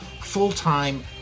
full-time